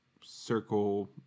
circle